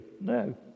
no